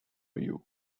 you